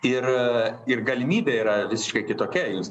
ir ir galimybė yra visiškai kitokia jūs